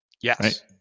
yes